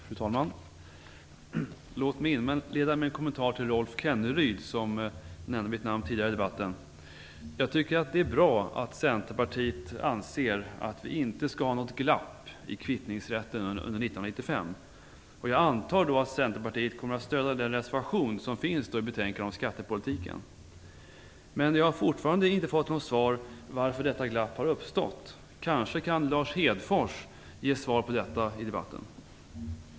Fru talman! Låt mig inleda med en kommentar till Rolf Kenneryd, som nämnde mitt namn tidigare i debatten. Jag tycket att det är bra att Centerpartiet anser att det inte skall finnas något glapp i kvittningsrätten under 1995. Jag antar att Centerpartiet kommer att stödja den reservation som finns i betänkandet om skattepolitiken. Men jag har fortfarande inte fått något svar på frågan varför detta glapp har uppstått. Kanske kan Lars Hedfors ge svar på detta i debatten.